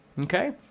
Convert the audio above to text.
okay